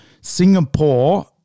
Singapore